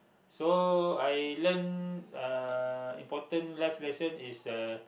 so I learn uh important life lesson is uh